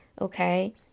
okay